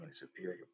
superior